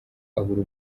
abura